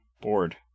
bored